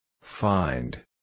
Find